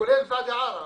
כולל ואדי ערה.